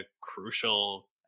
crucial